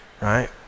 Right